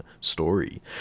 story